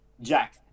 Jack